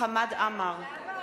חמד עמאר,